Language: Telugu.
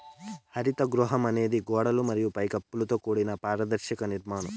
హరిత గృహం అనేది గోడలు మరియు పై కప్పుతో కూడిన పారదర్శక నిర్మాణం